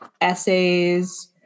essays